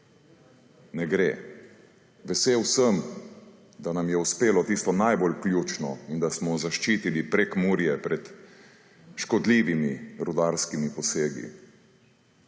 Ne gre. Vesel sem, da nam je uspelo tisto najbolj ključno in da smo zaščitili Prekmurje pred škodljivimi rudarskimi posegi,